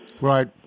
Right